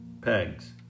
pegs